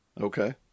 Okay